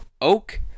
oak